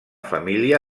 família